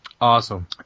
Awesome